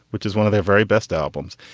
which is one of their very best albums.